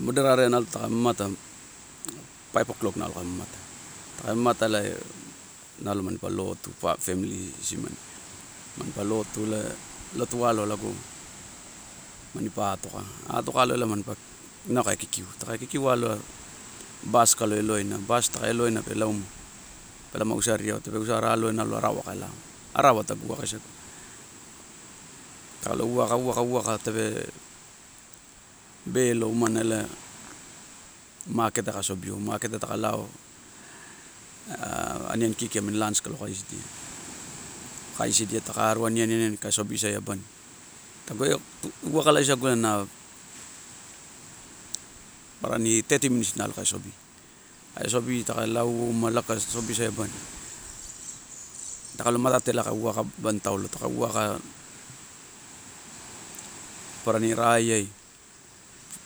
Moderaeai nalo taka mamata, five o clock nalo ka mamata, taka mamata elae nalo mampa lotu famili isimani, mampa lotu elae. Lotu eloa lago manipa atoka, atoka aloa mampa inau ka kikiu, taka elowa, baska loiloina baska eloina pe lauma pe lauma usariau, tape usara alo aiau nalo arawa kai lao. Arawa tagu uwaka isagu, taka lo uwaka, uwaka, uwaka tape belo umana elae maket ai ka sobiou maketa taka lao aniani kiki namini lunch ko lo kaisidia. Kaisidia taka arua aniani ko sobisai abani. Tagu uwaka laisaguna aparani thirty minutes nalo kai sobi. Kai sobi, taka lauouma, lago kai sobisai abani. Taka lo matate ela ka uwaka abani taulo, taka uwaka aparani rai ei,